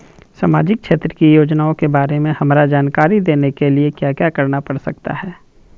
सामाजिक क्षेत्र की योजनाओं के बारे में हमरा जानकारी देने के लिए क्या क्या करना पड़ सकता है?